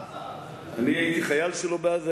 אני הייתי חייל שלו בעזה,